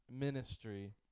Ministry